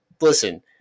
listen